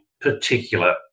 particular